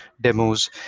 demos